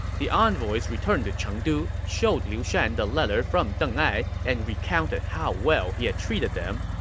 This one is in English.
the envoys returned to chengdu, showed liu shan the letter from deng ai, and recounted how well he had treated them.